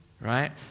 Right